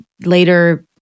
later